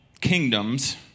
kingdoms